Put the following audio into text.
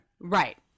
right